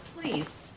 please